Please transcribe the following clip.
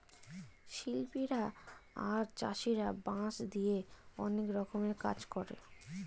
শিল্পীরা আর চাষীরা বাঁশ দিয়ে অনেক রকমের কাজ করে